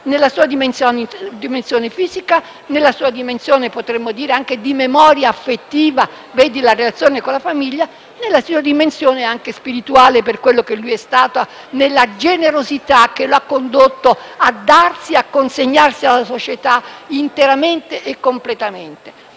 nella sua dimensione fisica, nella sua dimensione di memoria affettiva (vedi la relazione con la famiglia) e nella dimensione anche spirituale, per quello che è stato, nella generosità che l'ha condotto a darsi, a consegnarsi alla società interamente e completamente.